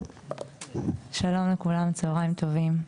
שלום לכולם, צהריים טובים,